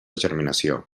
germinació